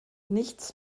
nichts